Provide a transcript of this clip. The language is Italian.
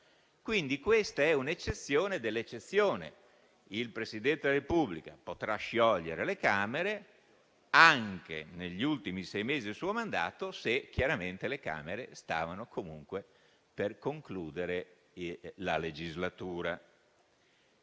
Quindi, questa è un'eccezione dell'eccezione: il Presidente della Repubblica potrà sciogliere le Camere anche negli ultimi sei mesi del suo mandato, se chiaramente le Camere stavano comunque per concludere la legislatura.